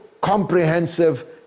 comprehensive